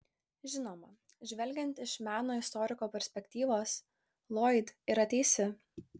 žinoma žvelgiant iš meno istoriko perspektyvos loyd yra teisi